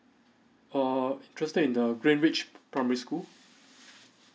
err interested in the green ridge primary school